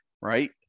right